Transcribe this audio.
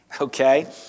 okay